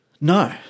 No